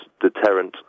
deterrent